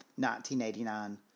1989